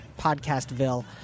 Podcastville